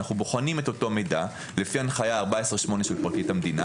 אנחנו בוחנים את אותו מידע לפי הנחיה 14.8 של פרקליט המדינה,